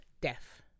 death